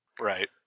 Right